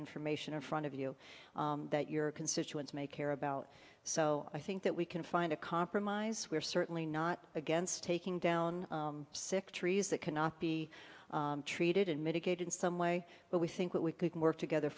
information in front of you that your constituents may care about so i think that we can find a compromise we're certainly not against taking down sick trees that cannot be treated in medicaid in some way but we think we could work together